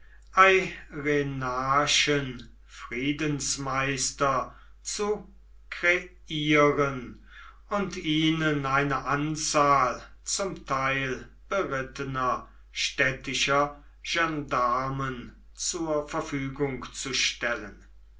friedensmeister zu kreieren und ihnen eine anzahl zum teil berittener städtischer gendarmen zur verfügung zu stellen